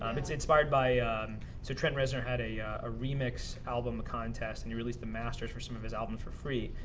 um it's inspired by so trent reznor had a ah remix album contest, and he released the masters for some of his albums for free,